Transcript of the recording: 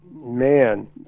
man